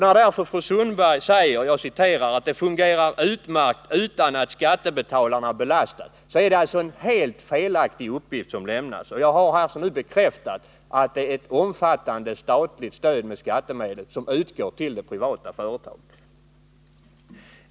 När fru Sundberg säger att det fungerar utmärkt utan att skattebetalarna belastas är det alltså en helt felaktig uppgift som lämnas. Det har bekräftats att det är ett omfattande statligt stöd med skattemedel som utgår till det privata företaget.